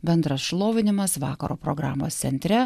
bendras šlovinimas vakaro programos centre